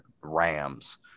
Rams